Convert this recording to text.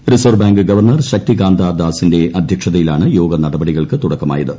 reserve bank governor ശക്തികാന്താദാസിന്റെ അധ്യക്ഷതയിലാണ് യോഗ നടപടികൾക്ക് തുടക്കമായത്